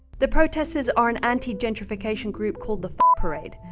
the protesters are an anti-gentrification group called the parade.